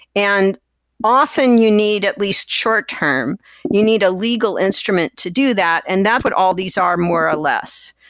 and often, you need at least short-term. you need a legal instrument to do that, and that's what all these are more or less.